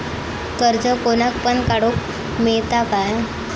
कर्ज कोणाक पण काडूक मेलता काय?